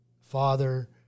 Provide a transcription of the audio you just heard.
father